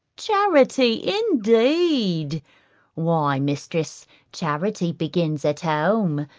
charity indeed why, mistress, charity begins at home,